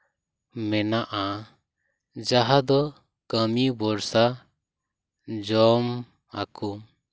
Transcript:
ᱢᱮᱱᱟᱜᱼᱟ ᱡᱟᱦᱟᱸᱫᱚ ᱠᱟᱹᱢᱤ ᱵᱚᱨᱥᱟ ᱡᱚᱢ ᱟᱠᱚ